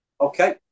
Okay